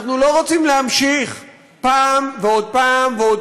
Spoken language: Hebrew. אנחנו לא רוצים להמשיך פעם ועוד פעם ועוד